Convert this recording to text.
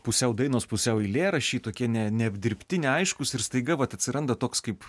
pusiau dainos pusiau eilėraščiai tokie ne neapdirbti neaiškūs ir staiga vat atsiranda toks kaip